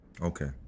Okay